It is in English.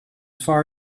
far